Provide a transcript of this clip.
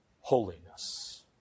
holiness